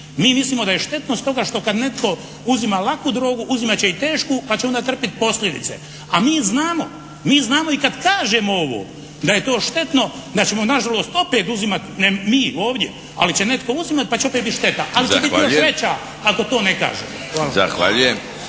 Mi mislimo da je štetno stoga što kad netko uzima laku drogu uzimat će i tešku, pa će onda trpiti posljedice, a mi znamo. Mi znamo i kad kažemo ovo da je to štetno da ćemo na žalost opet uzimati ne mi ovdje, ali će netko uzimati pa će opet biti šteta. Ali će biti još veća ako to ne kažem.